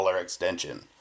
extension